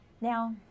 Now